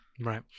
Right